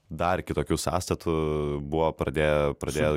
dar kitokiu sąstatu buvo pradėję pradėję